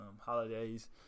Holidays